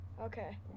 Okay